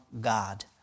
God